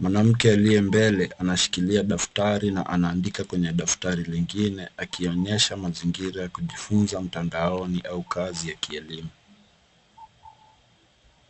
Mwanamke aliye mbele anashikilia daftari na anaandika kwenye daftari lingine akionyesha mazingira ya kujifunza matandaoni au kazi ya kielimu.